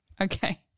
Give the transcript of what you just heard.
Okay